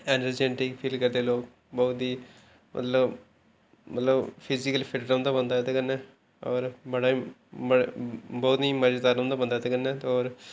energetic feel करदे लोक बहोत ही मतलब मतलब फिजीकल फिट्ट रौंह्दा बंदा एह्दे कन्नै होर बड़ा गै बड़ा बहुत ही मजेदार रौंह्दा बंदा एह्दे कन्नै होर